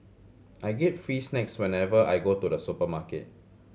I get free snacks whenever I go to the supermarket